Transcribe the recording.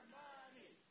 money